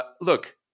look